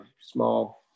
small